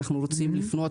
אנחנו רוצים לפנות,